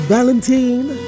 Valentine